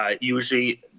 usually